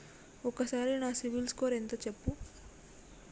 ఒక్కసారి నా సిబిల్ స్కోర్ ఎంత చెప్పు?